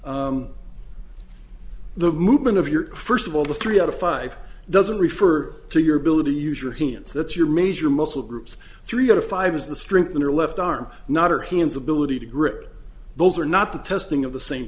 the movement of your first of all the three out of five doesn't refer to your ability use your hands that's your major muscle groups three out of five is the strength in your left arm not or his ability to grip those are not the testing of the same